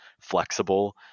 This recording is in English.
flexible